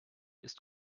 ist